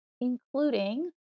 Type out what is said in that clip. including